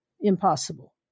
impossible